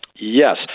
yes